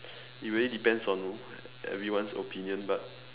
it really depends on everyone's opinion but